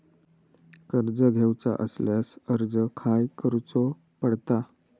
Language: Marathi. कर्ज घेऊचा असल्यास अर्ज खाय करूचो पडता?